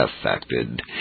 affected